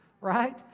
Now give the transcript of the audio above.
Right